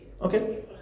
Okay